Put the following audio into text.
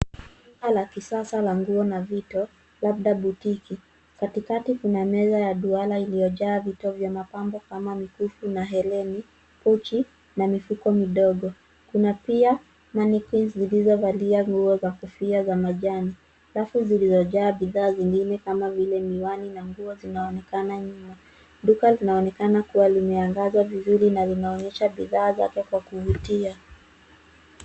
Duka la kisasa la nguo na vito labda botiki. Katikati kuna meza ya duara iliyojaa vito vya mapambo kama mikufu na herini, pochi na mifuko midogo. Kuna pia mannequins zilizovalia nguo za kofia za majani. Rafu ziliyojaa bidhaa zingine kama vile miwani na nguo zinaonekana nyuma. Duka linaonekana kuwa limeangaza vizuri na linaonyesha bidhaa zake kwa kuvutia.